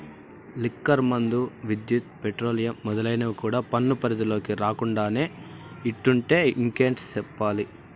liquor మందు, విద్యుత్, petroleum మొదలైనవి కూడా పన్ను పరిధిలోకి రాకుండానే ఇట్టుంటే ఇంకేటి చెప్పాలి